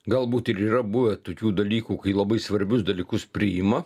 galbūt ir yra buvę tokių dalykų kai labai svarbius dalykus priima